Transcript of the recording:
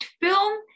film